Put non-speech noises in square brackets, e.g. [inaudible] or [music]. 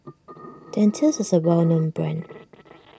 [noise] Dentiste is a well known brand